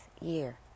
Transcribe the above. year